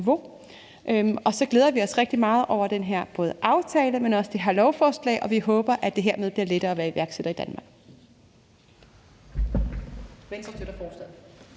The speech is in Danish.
og så glæder vi os rigtig meget over den her aftale og det her lovforslag. Vi håber, at det hermed bliver lettere at være iværksætter i Danmark.